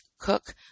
cook